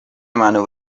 منو